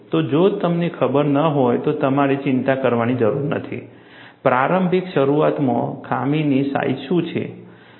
તો જો તમને ખબર ન હોય તો તમારે ચિંતા કરવાની જરૂર નથી પ્રારંભિકશરૂઆતમાં ખામીની સાઈજ શું છે